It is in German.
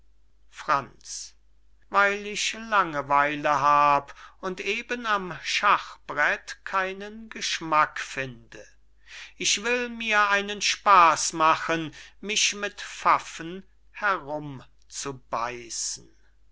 franz weil ich lange weile hab und eben am schachbret keinen geschmack finde ich will mir einen spaß machen mich mit pfaffen herumzubeißen